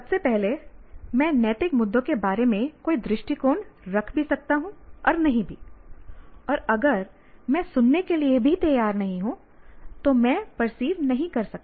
सबसे पहले मैं नैतिक मुद्दों के बारे में कोई दृष्टिकोण रख भी सकता हूं और नहीं भी और अगर मैं सुनने के लिए भी तैयार नहीं हूं तो मैं पर्सीव नहीं कर सकता